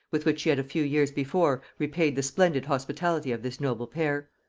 with which she had a few years before repaid the splendid hospitality of this noble pair.